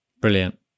Brilliant